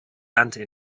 ernte